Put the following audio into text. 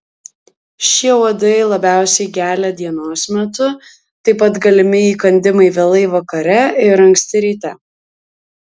šie uodai labiausiai gelia dienos metu taip pat galimi įkandimai vėlai vakare ir anksti ryte